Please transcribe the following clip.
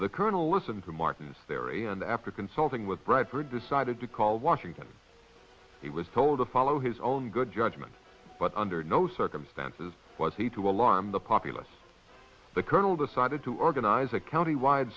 the colonel listened to martin's area and after consulting with bradford decided to call washington he was told to follow his own good judgment but under no circumstances was he to alarm the populace the colonel decided to organize a county wide